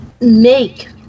make